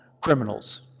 criminals